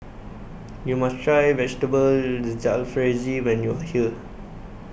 YOU must Try Vegetable Jalfrezi when YOU Are here